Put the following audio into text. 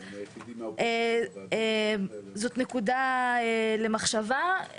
זאת נקודה למחשבה.